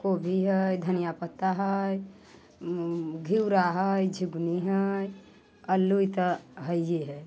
कोबी हय धनिया पत्ता हय घिउरा हय झिंगुनी हय आलू तऽ हइये हय